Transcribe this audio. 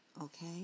Okay